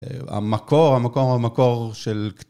המקור, המקור המקור של